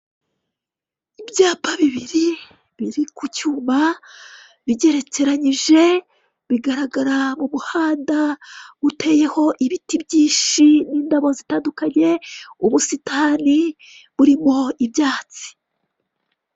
Ibyapa bibiri biri kucyuma bigerekeranyije bigaragara m'umuhanda uteyeho ibiti byinshi n'indabo zitandukanye ubusitani burimo ibyatsi.